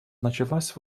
началась